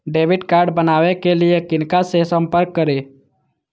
Debit card बनावे के लिए किनका से संपर्क करी?